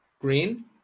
Green